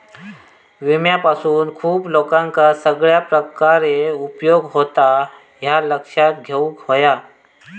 विम्यापासून खूप लोकांका सगळ्या प्रकारे उपयोग होता, ह्या लक्षात घेऊक हव्या